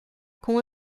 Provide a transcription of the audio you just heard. com